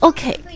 Okay